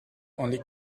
only